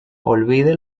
olvide